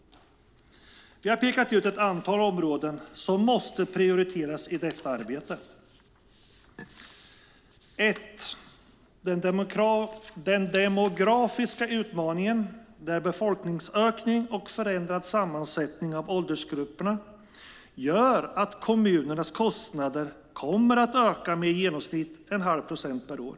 Vi har pekat ut ett antal områden som måste prioriteras i detta arbete. För det första handlar det om den demografiska utmaningen. Befolkningsökning och förändrad sammansättning av åldersgrupperna gör att kommunernas kostnader kommer att öka med i genomsnitt 0,5 procent per år.